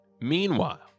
Meanwhile